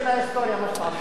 של ההיסטוריה, מה שאתה עושה.